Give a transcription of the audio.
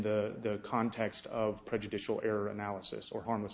the context of prejudicial error analysis or harmless